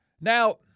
Now